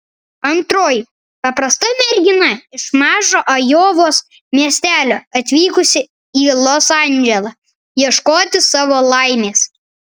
antroji paprasta mergina iš mažo ajovos miestelio atvykusi į los andželą ieškoti savo laimės